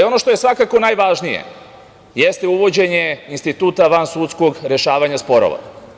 Ono što je svakako najvažnije, jeste uvođenje instituta vansudskog rešavanja sporova.